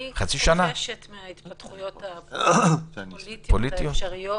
אני חוששת מההתפתחויות הפוליטיות האפשריות.